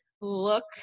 look